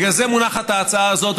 בגלל זה מונחת ההצעה הזאת,